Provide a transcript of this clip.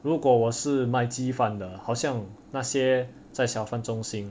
如果我是卖鸡饭的好像那些在小贩中心